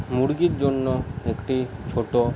মুরগির জন্য একটি ছোট